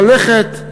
ללכת,